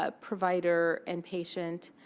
ah provider, and patient.